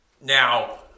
Now